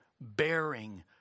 bearing